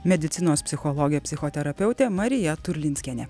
medicinos psichologė psichoterapeutė marija turlinskienė